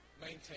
maintain